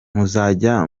muzajya